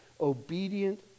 obedient